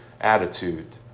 attitude